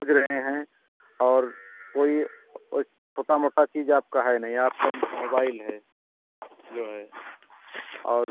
खोज रहे हैं और कोई और छोटा मोटा चीज आपका है नहीं आपका मोबाइल है जो है और